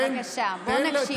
בבקשה, בואו נקשיב.